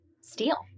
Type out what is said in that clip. steal